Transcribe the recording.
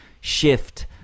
shift